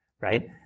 right